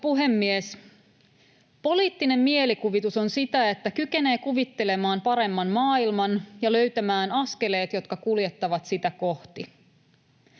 puhemies! Poliittinen mielikuvitus on sitä, että kykenee kuvittelemaan paremman maailman ja löytämään askeleet, jotka kuljettavat sitä kohti.